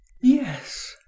yes